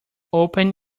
open